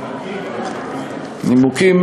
נימוקים?